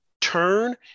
turn